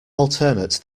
alternate